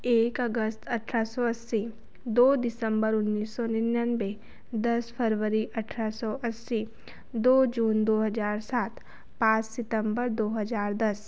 एक अगस्त अठारह सौ अस्सी दो दिसंबर उन्नीस सौ निन्यानवे दस फरवरी अठारह सौ अस्सी दो जून दो हज़ार सात पाँच सितम्बर दो हज़ार दस